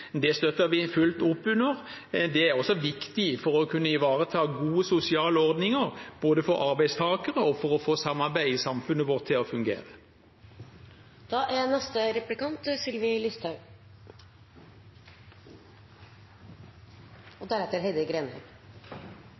Det støtter vi fullt opp under. Det er også viktig for å kunne ivareta gode sosiale ordninger, både for arbeidstakere og for å få samarbeidet i samfunnet vårt til å fungere. Jeg er